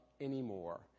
anymore